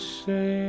say